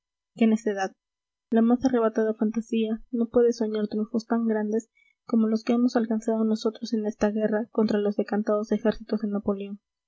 la trampa qué necedad la más arrebatada fantasía no puede soñar triunfos tan grandes como los que hemos alcanzado nosotros en esta guerra contra los decantados ejércitos de